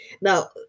now